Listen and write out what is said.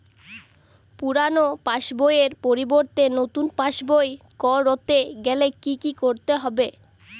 পুরানো পাশবইয়ের পরিবর্তে নতুন পাশবই ক রতে গেলে কি কি করতে হবে?